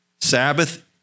Sabbath